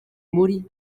muri